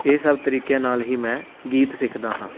ਇਹ ਸਭ ਤਰੀਕਿਆਂ ਨਾਲ ਹੀ ਮੈਂ ਗੀਤ ਸਿੱਖਦਾ ਹਾਂ